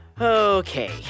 Okay